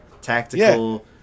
tactical